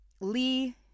lee